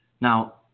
Now